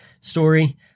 story